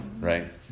right